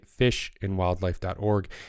fishandwildlife.org